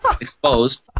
exposed